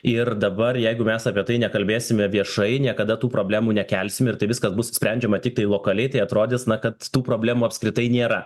ir dabar jeigu mes apie tai nekalbėsime viešai niekada tų problemų nekelsim ir tai viskas bus sprendžiama tiktai lokaliai tai atrodys na kad tų problemų apskritai nėra